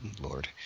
Lord